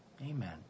Amen